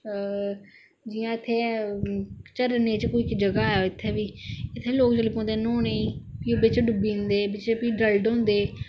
हां जियां इत्थै ऐ झरने च कोई इक जगह ऐ इत्थै बी इत्थै लोक जिसले औंदे न्हौने गी केंई बिच डुब्बी जंदे फिर